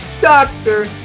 doctor